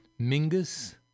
Mingus